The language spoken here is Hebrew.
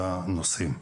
לנושאים.